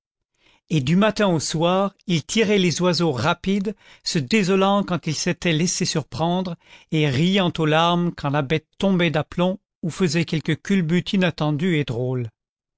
et du matin au soir il tirait les oiseaux rapides se désolant quand il s'était laissé surprendre et riant aux larmes quand la bête tombait d'aplomb ou faisait quelque culbute inattendue et drôle